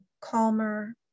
calmer